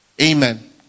Amen